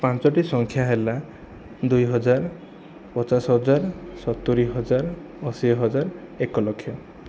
ପାଞ୍ଚଟି ସଂଖ୍ୟା ହେଲା ଦୁଇ ହଜାର ପଚାଶ ହଜାର ସତୁରୀ ହଜାର ଅଶୀ ହଜାର ଏକ ଲକ୍ଷ